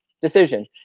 decision